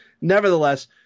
Nevertheless